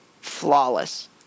flawless